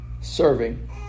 Serving